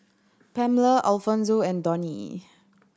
Pamela Alfonso and Donnie